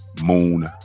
Moon